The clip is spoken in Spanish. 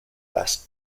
las